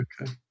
Okay